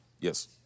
Yes